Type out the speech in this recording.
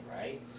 right